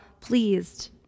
pleased